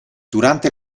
durante